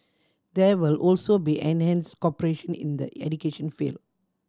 there will also be enhance cooperation in the education field